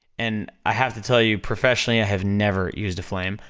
and i have to tell you, professionally, i have never used a flame,